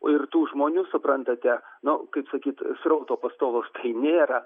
ir tų žmonių suprantate nu kaip sakyt srauto pastovaus tai nėra